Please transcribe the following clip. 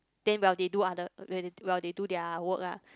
then while they do other while they do their work ah